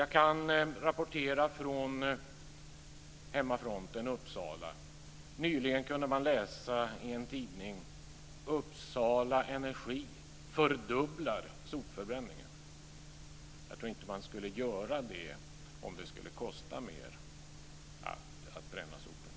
Jag kan rapportera från hemmafronten, Uppsala. Nyligen kunde man läsa i en tidning: Uppsala Energi fördubblar sopförbränningen. Jag tror inte att man skulle göra det om det skulle kosta mer att bränna sopor.